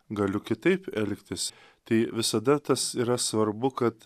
galiu kitaip elgtis tai visada tas yra svarbu kad